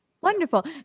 Wonderful